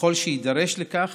ככל שיידרש לכך